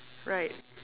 right